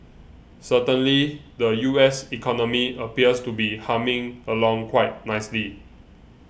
certainly the U S economy appears to be humming along quite nicely